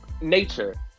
nature